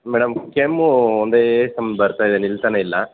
madam ಕೆಮ್ಮು ಒಂದೇ ಸಮ ಬರ್ತಾ ಇದೆ ನಿಲ್ತಲೇ ಇಲ್ಲ